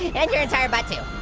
and your entire butt too,